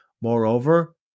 Moreover